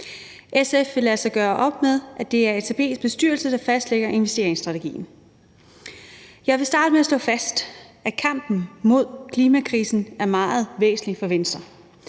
SF vil altså gøre op med, at det er ATP's bestyrelse, der fastlægger investeringsstrategien. Jeg vil starte med at slå fast, at kampen mod klimakrisen er meget væsentlig for Venstre.